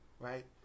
Right